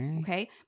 Okay